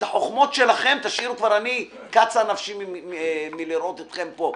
את החוכמות שלכם קצה נפשי מלראות אתכם פה.